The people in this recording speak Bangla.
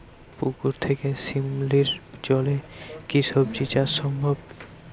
পুকুর থেকে শিমলির জলে কি সবজি চাষ সম্ভব?